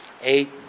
eight